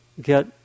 get